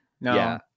no